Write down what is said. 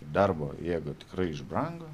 darbo jėga tikrai išbrango